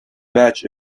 badge